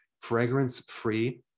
fragrance-free